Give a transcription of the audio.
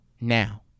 Now